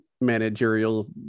managerial